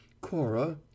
Cora